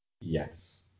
Yes